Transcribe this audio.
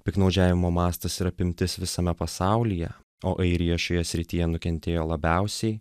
piktnaudžiavimo mastas ir apimtis visame pasaulyje o airija šioje srityje nukentėjo labiausiai